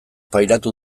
pairatu